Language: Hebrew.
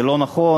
זה לא נכון.